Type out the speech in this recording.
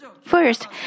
First